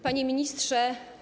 Panie Ministrze!